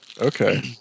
Okay